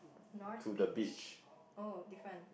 north beach oh different